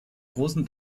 großen